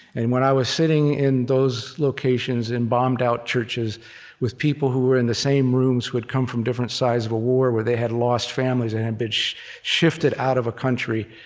and when i was sitting in those locations, in bombed-out churches with people who were in the same rooms who had come from different sides of a war where they had lost families and had been shifted out of a country,